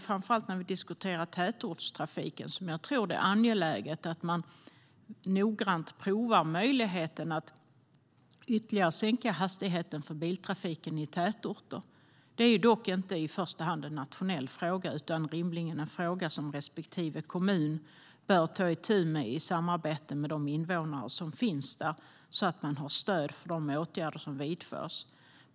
Framför allt när det gäller tätortstrafiken tror jag att det är angeläget att man noggrant provar möjligheten att ytterligare sänka hastigheten för biltrafiken i tätorter. Det är dock inte i första hand en nationell fråga utan rimligen en fråga som respektive kommun bör ta itu med i samarbete med sina invånare så att man har stöd för de åtgärder som vidtas.